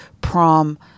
prom